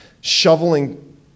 shoveling